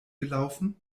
gelaufen